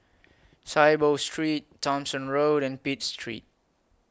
Saiboo Street Thomson Road and Pitt Street